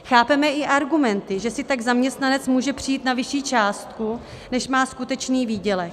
Chápeme i argumenty, že si tak zaměstnanec může přijít na vyšší částku, než má skutečný výdělek.